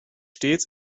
stets